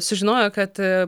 sužinojo kad